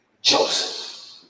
Joseph